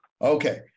Okay